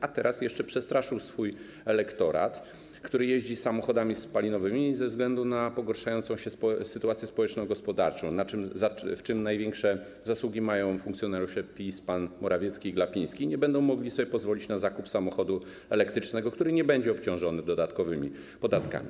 A teraz jeszcze rząd przestraszył swój elektorat, który jeździ samochodami spalinowymi ze względu na pogarszającą się sytuację społeczno-gospodarczą - w czym największe zasługi mają funkcjonariusze PiS, panowie Morawiecki i Glapiński - i nie będzie mógł sobie pozwolić na zakup samochodu elektrycznego obciążonego dodatkowymi podatkami.